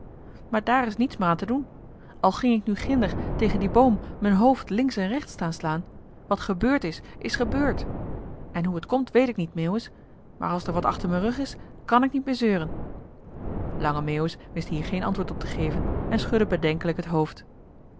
maar daar is niets meer aan te doen al ging ik nu ginder tegen dien boom m'n hoofd links en rechts staan slaan wat gebeurd is is gebeurd en hoe het komt weet ik niet meeuwis maar als d'r wat achter m'n rug is kàn ik niet meer zeuren lange meeuwis wist hier geen antwoord op te geven en schudde bedenkelijk het hoofd